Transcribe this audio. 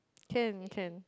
can can